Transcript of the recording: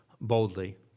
boldly